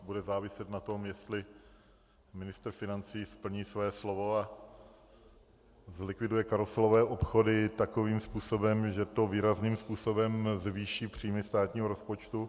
Bude záviset na tom, jestli ministr financí splní své slovo a zlikviduje karuselové obchody takovým způsobem, že to výrazným způsobem zvýší příjmy státního rozpočtu.